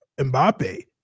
Mbappe